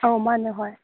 ꯑꯥꯎ ꯃꯥꯟꯅꯦ ꯍꯣꯏ